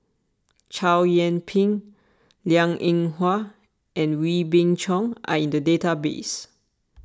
Chow Yian Ping Liang Eng Hwa and Wee Beng Chong are in the database